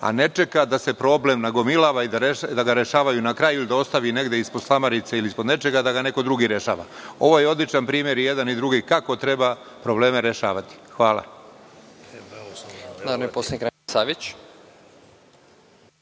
a ne čeka da se problemi nagomilavaju i da ih rešavaju na kraju ili da ostavi negde ispod slamarice i da ih neko drugi rešava. Ovo je odličan primer kako treba probleme rešavati. Hvala.